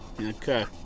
okay